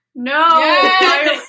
No